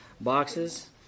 boxes